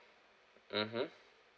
mmhmm